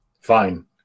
fine